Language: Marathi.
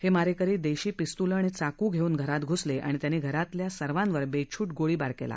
हे मारेकरी देशी पिस्तूलं आणि चाकू घेऊन घरात घुसले आणि त्यांनी घरातील सर्वांवर बेछूट गोळीबार केला